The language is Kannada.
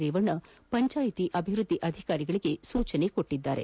ರೇವಣ್ಣ ಪಂಚಾಯಿತಿ ಅಭಿವೃದ್ದಿ ಅಧಿಕಾರಿಗಳಿಗೆ ಸೂಚಿಸಿದ್ದಾರೆ